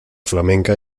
flamenca